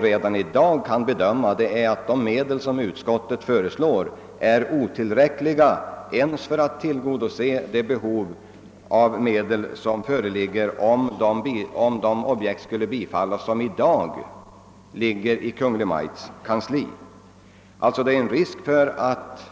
Redan i dag kan vi emellertid bedöma att de medel som utskottet föreslår är otillräckliga för att tillgodose ens det behov av medel som föreligger, om de objekt skulle bifallas om vilka tillstyrkta ansökningar har lämnats till Kungl. Maj:ts kansli. Det finns därför risk för att